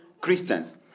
Christians